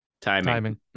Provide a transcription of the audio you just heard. Timing